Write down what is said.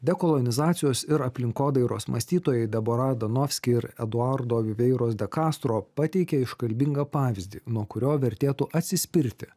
dekolonizacijos ir aplinkodairos mąstytojai debora danovski ir eduardo viveiros de kastro pateikė iškalbingą pavyzdį nuo kurio vertėtų atsispirti